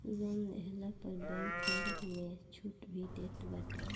loan लेहला पे bank कर में छुट भी देत बाटे